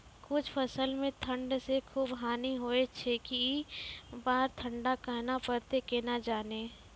कुछ फसल मे ठंड से खूब हानि होय छैय ई बार ठंडा कहना परतै केना जानये?